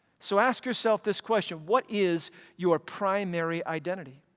so ask yourself this question what is your primary identity?